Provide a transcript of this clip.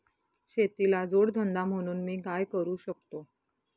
शेतीला जोड धंदा म्हणून मी काय करु शकतो?